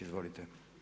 Izvolite.